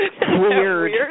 Weird